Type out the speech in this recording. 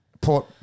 Port